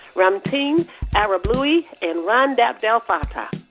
ramtin ah arablouei and rund abdelfatah.